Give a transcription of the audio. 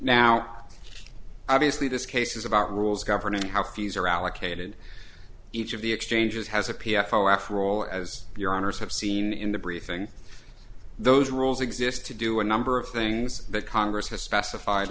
now obviously this case is about rules governing how fees are allocated each of the exchanges has a p f oh after all as your owners have seen in the briefing those rules exist to do a number of things that congress has specified